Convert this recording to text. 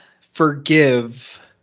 forgive